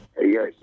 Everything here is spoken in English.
Yes